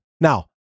Now